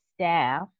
staff